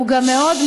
הוא גם מאוד,